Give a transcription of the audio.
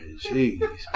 Jeez